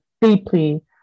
deeply